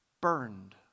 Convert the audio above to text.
burned